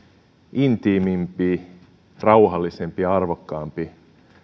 intiimimpi rauhallisempi ja arvokkaampi